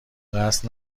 قصد